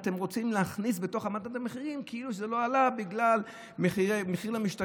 אתם רוצים להכניס בתוך מדד המחירים כאילו שזה לא עלה בגלל מחיר למשתכן.